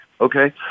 okay